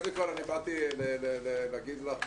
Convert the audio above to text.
קודם כל אני באתי להגיד לך,